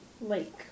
Lake